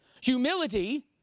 humility